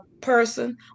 person